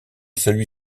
celui